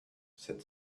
said